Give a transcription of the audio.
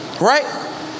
Right